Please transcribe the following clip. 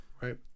right